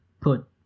put